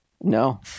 No